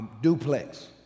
duplex